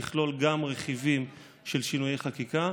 תכלול גם רכיבים של שינויי חקיקה,